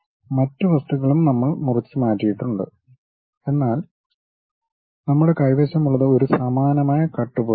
മറ്റ് വസ്തുക്കളും നമ്മൾ മുറിച്ചുമാറ്റിയിട്ടുണ്ട് എന്നാൽ നമ്മുടെ കൈവശമുള്ളത് ഒരു സമാനമായ കട്ട് പോലെയാണ്